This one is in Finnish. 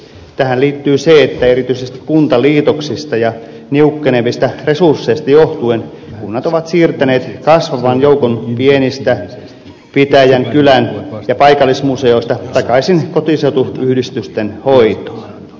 tähän liittyy se että erityisesti kuntaliitoksista ja niukkenevista resursseista johtuen kunnat ovat siirtäneet kasvavan joukon pienistä pitäjän kylän ja paikallismuseoista takaisin kotiseutuyhdistysten hoitoon